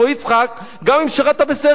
גם את שירתָ בסיירת גולני לא תתקבל.